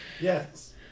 yes